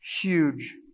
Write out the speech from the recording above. huge